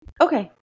Okay